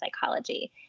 psychology